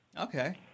Okay